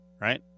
right